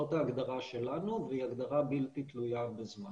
זו ההגדרה שלנו והיא הגדרה בלתי תלויה בזמן.